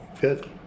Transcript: Good